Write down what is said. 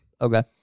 okay